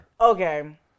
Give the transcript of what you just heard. Okay